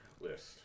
list